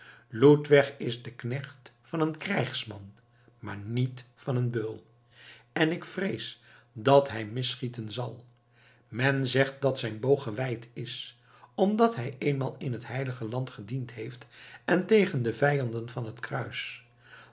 ludwig is de knecht van een krijgsman maar niet van een beul en ik vrees dat hij misschieten zal men zegt dat zijn boog gewijd is omdat hij eenmaal in het heilige land gediend heeft tegen de vijanden van het kruis